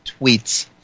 tweets